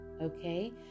okay